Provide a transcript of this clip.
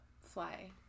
Fly